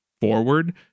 forward